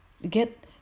Get